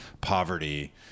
poverty